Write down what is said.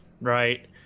right